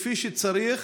כפי שצריך,